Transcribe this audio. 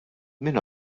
min